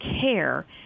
care